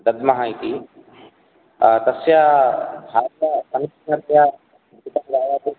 दद्मः इति तस्य भार्या समीचिनतया गीतं गायाति